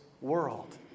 world